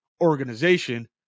organization